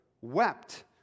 wept